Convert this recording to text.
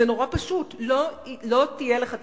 זה נורא פשוט, לא תהיה לך תקשורת.